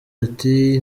ati